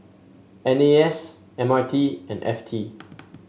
N A S M R T and F T